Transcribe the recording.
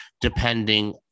depending